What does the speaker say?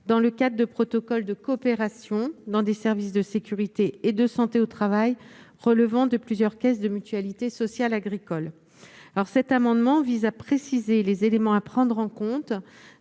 dans le cadre de protocoles de coopération, dans des services de sécurité et de santé au travail relevant de plusieurs caisses de mutualité sociale agricole. Cet amendement vise à préciser les éléments à prendre en compte